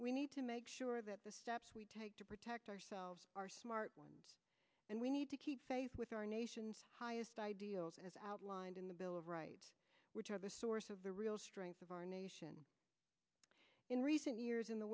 we need to make sure that the steps we take to protect ourselves are smart and we need to keep faith with our nation's highest ideals as outlined in the bill of rights which are the source of the real strength of our nation in recent years in the